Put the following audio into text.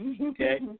okay